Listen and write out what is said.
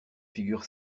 figures